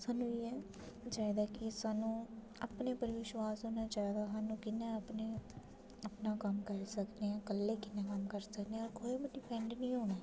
स्हान्नूं एह् चाहिदा कि स्हान्नूं अपने उप्पर विश्वास होना चाहिदा अस कम्म करी सकने आं कल्ले कम्म करी सकने आं कोई बी डिफैंड निं होना